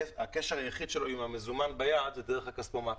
שהקשר היחיד שלהם עם מזומן ביד הוא דרך הכספומט.